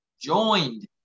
joined